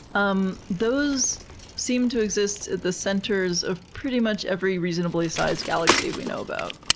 um those seem to exist at the centers of pretty much every reasonably sized galaxy we know about.